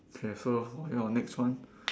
K so your next one